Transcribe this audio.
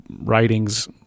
writings